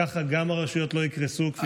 ככה, גם הרשויות לא יקרסו, כפי,